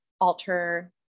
alter